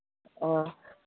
ꯑꯥ